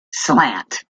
slant